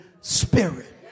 Spirit